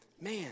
man